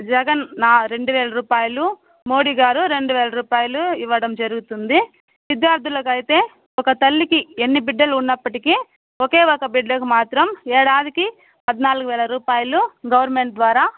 జగన్ నా రెండు వేల రూపాయలు మోదీ గారు రెండు వేల రూపాయలు ఇవ్వడం జరుగుతుంది విద్యార్థులకు అయితే ఒక తల్లికి ఎన్ని బిడ్డలు ఉన్నప్పటికి ఒకే ఒక బిడ్డకు మాత్రం ఏడాదికి పద్నాలుగు వేల రూపాయలు గవర్నమెంట్ ద్వారా